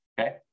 okay